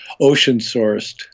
ocean-sourced